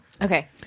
Okay